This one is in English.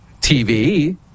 TV